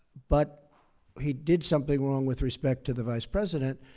but he did something wrong with respect to the vice president,